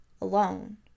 alone